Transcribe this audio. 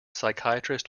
psychiatrist